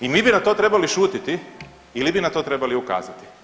I mi na to trebali šutjeti ili bi na to trebali ukazati.